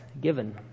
given